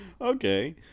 okay